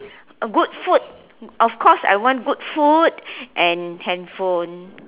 a good food of course I want good food and handphone